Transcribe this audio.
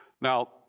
now